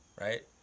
right